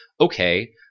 okay